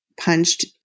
punched